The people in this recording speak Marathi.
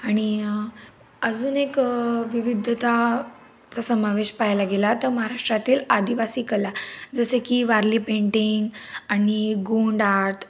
आणि अजून एक विविधता चा समावेश पाहायला गेला तर महाराष्ट्रातील आदिवासी कला जसे की वारली पेंटिंग आणि गोंड आर्त